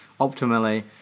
optimally